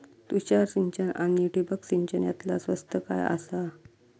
तुषार सिंचन आनी ठिबक सिंचन यातला स्वस्त काय आसा?